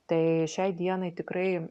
tai šiai dienai tikrai